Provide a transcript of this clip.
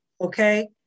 okay